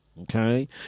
Okay